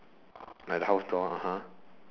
like the house door